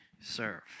serve